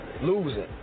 losing